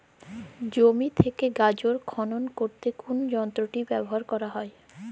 জমি থেকে গাজর খনন করতে কোন যন্ত্রটি ব্যবহার করা হয়?